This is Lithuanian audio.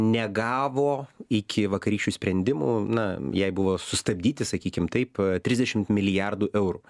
negavo iki vakarykščių sprendimų na jai buvo sustabdyti sakykim taip trisdešimt milijardų eurų